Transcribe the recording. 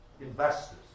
investors